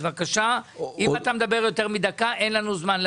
בבקשה, אם אתה מדבר יותר מדקה אין לנו זמן.